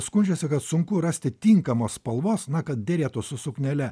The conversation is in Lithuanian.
skundžiasi kad sunku rasti tinkamos spalvos na kad derėtų su suknele